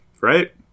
Right